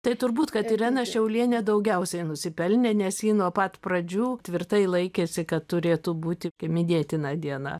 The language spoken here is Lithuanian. tai turbūt kad irena šiaulienė daugiausiai nusipelnė nes ji nuo pat pradžių tvirtai laikėsi kad turėtų būti minėtina diena